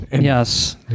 Yes